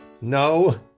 No